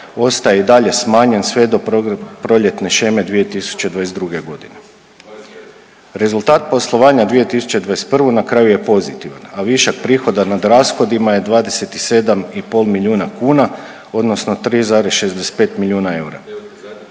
ostaje i dalje smanjen sve do proljetne sheme 2022. godine. Rezultat poslovanja 2021. na kraju je pozitivan, a višak prihoda nad rashodima je 27,5 milijuna kuna odnosno 3,65 milijuna eura.